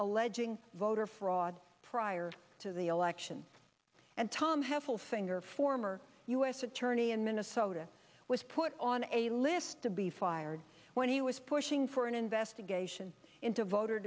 alleging voter fraud prior to the election and tom hafele finger former u s attorney in minnesota was put on a list to be fired when he was pushing for an investigation into voter